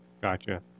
Gotcha